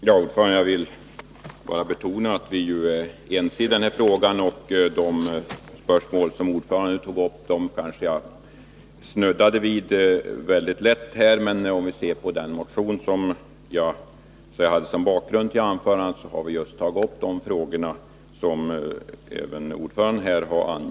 Herr talman! Jag vill bara betona att vi är ense i denna fråga. De spörsmål som utskottsordföranden tog upp snuddade jag mycket lätt vid i mitt anförande, men i den motion som jag hade som bakgrund till mitt anförande har vi just tagit upp de frågor som ordföranden lade tonvikten på.